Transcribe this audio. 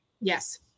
Yes